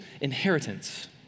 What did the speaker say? inheritance